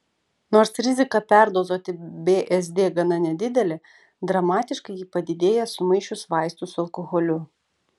nors rizika perdozuoti bzd gana nedidelė dramatiškai ji padidėja sumaišius vaistus su alkoholiu